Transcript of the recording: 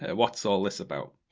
ah what's all this about?